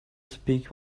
speak